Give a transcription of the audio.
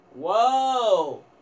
whoa